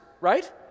right